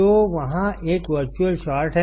तो वहाँ एक वर्चुअल शॉर्ट है